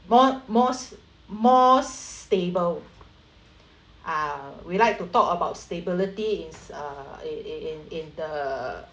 more most more stable ah we like to talk about stability in uh in in in in the